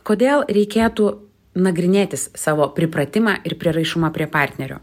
kodėl reikėtų nagrinėtis savo pripratimą ir prieraišumą prie partnerio